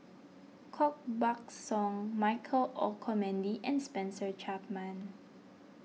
Koh Buck Song Michael Olcomendy and Spencer Chapman